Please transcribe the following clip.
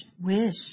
Wish